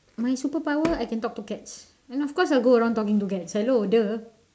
my superpower I can talk to cats and of course I will go around talking to cats hello !duh!